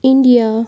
India